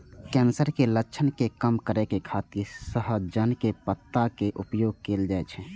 cancer के लक्षण के कम करै खातिर सहजन के पत्ता के उपयोग कैल जाइ छै